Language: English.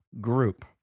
group